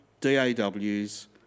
DAWs